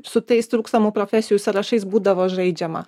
su tais trūkstamų profesijų sąrašais būdavo žaidžiama